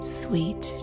sweet